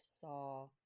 saw